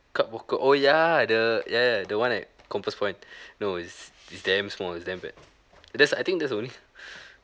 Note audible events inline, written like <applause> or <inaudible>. cup walker oh ya the ya ya the one at compass point no is is damn small it's damn bad there's I think there's the only <breath>